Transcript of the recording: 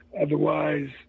Otherwise